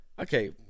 Okay